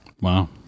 Wow